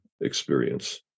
experience